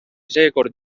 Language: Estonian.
seekord